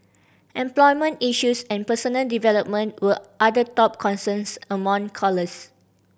employment issues and personal development were other top concerns among callers